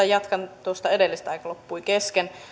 jatkan tuosta edellisestä kun aika loppui kesken